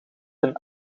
een